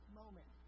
moment